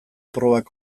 probak